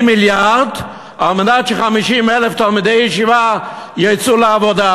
מיליארד על מנת ש-50,000 תלמידי ישיבה יצאו לעבודה?